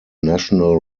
national